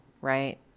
right